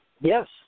Yes